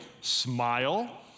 Smile